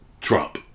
Trump